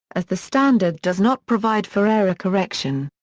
as the standard does not provide for error-correction.